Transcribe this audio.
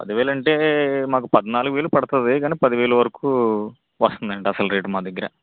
పదివేలు అంటే మాకు పద్నాలుగు వేలు పదుతుంది కానీ పదివేలు వరకు వస్తుందండి అసలు రేటు మా దగ్గర